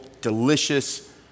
delicious